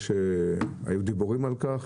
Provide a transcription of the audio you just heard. היו דיבורים על כך.